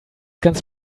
ganz